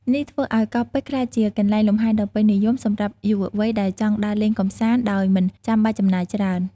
នេះធ្វើឱ្យកោះពេជ្រក្លាយជាកន្លែងលំហែដ៏ពេញនិយមសម្រាប់យុវវ័យដែលចង់ដើរលេងកម្សាន្តដោយមិនចាំបាច់ចំណាយច្រើន។